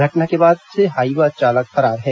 घटना के बाद से हाइवा चालक फरार है